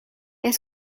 est